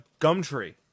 Gumtree